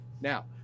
now